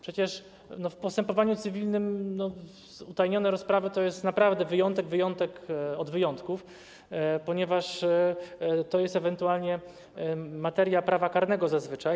Przecież w postępowaniu cywilnym utajnione rozprawy to jest naprawdę wyjątek, wyjątek od wyjątków, ponieważ to jest ewentualnie materia prawa karnego zazwyczaj.